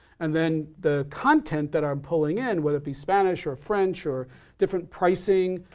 and then the content that i'm pulling in, whether it be spanish or french or different pricing.